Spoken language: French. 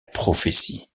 prophétie